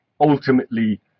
ultimately